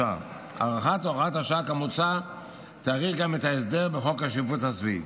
הארכת הוראת השעה כמוצע תאריך גם את ההסדר בחוק השיפוט הצבאי.